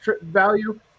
value